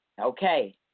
Okay